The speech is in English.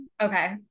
Okay